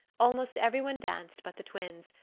almost every one danced but the twins,